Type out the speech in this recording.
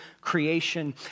creation